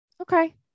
Okay